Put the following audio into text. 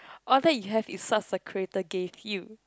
all that you have is what the creator gave you